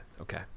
okay